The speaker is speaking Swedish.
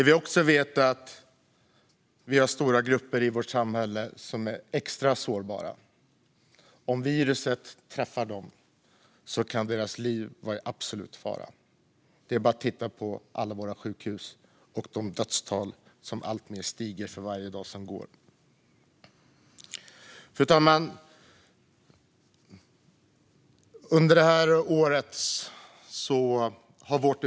Vi vet att vi har stora grupper i vårt samhälle som är extra sårbara, och om viruset träffar dem kan deras liv vara i absolut fara. Det är bara att titta på alla våra sjukhus och de dödstal som stiger alltmer för varje dag som går. Ekonomisk trygghet vid sjukdom och funktions-nedsättning Fru talman!